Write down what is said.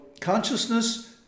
consciousness